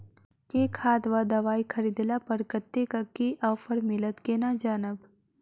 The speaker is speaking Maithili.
केँ खाद वा दवाई खरीदला पर कतेक केँ ऑफर मिलत केना जानब?